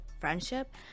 friendship